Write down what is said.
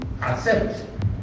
accept